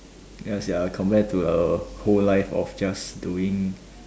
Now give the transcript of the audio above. yes ya compared to the whole life of just doing